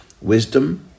Wisdom